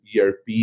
ERP